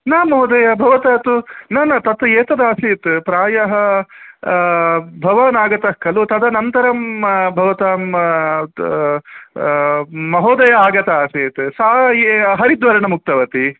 न महोदय भवता तु न न तत् एतद् आसीत् प्रायः भवान् आगतः खलु तदनन्तरं भवतां महोदया आगता आसीत् सा हरिद्वर्णम् उक्तवती